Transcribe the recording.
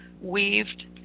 weaved